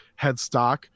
headstock